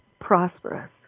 prosperous